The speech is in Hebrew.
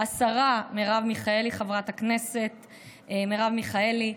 השרה חברת הכנסת מרב מיכאלי.